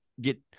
get